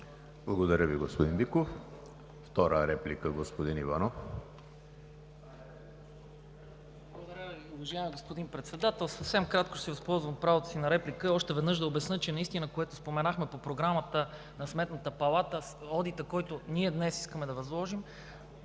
Благодаря Ви, господин Биков. Втора реплика – господин Иванов.